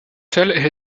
tell